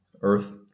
earth